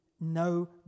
no